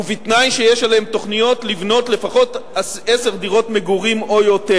ובתנאי שיש עליהן תוכניות לבנות עשר דירות מגורים או יותר.